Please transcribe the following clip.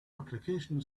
application